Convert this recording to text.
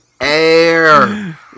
air